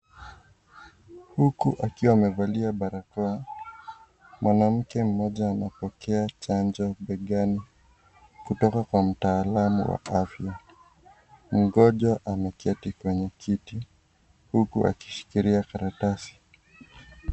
Huku akiwa amevalia barakoa, mwanamke mmoja anapokea chanjo begani, kutoka kwa mtaalamu wa afya. Mgonjwa ameketi kwenye kiti, huku akishikilia karatasi.